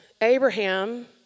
Abraham